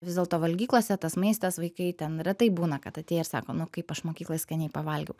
vis dėlto valgyklose tas maistas vaikai ten retai būna kad atėję ir sako nu kaip aš mokykloj skaniai pavalgiau